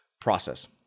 process